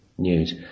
news